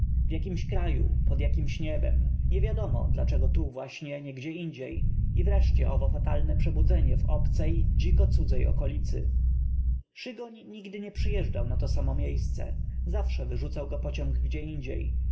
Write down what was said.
w jakim ś kraju pod jakiem ś niebem niew iadom o dlaczego tu w łaśnie nie gdzieindziej i w reszcie ow o fatalne przebu dzenie w obcej dziko cudzej okolicy szygoń nigdy nie przyjeżdżał na tosam o m iejsce zawsze w yrzucał go pociąg gdzie